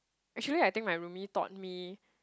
actually I think my roomie taught me